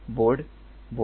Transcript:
बोर्डबोर्ड